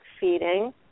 feeding